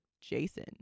jason